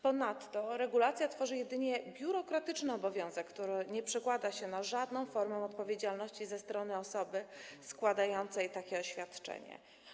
Ponadto regulacja tworzy jedynie biurokratyczny obowiązek, który nie przekłada się na żadną formę odpowiedzialności ze strony osoby składającej takie oświadczenie.